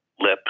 lip